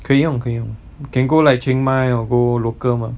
可以用可以用 can go like chiang mai or go local mah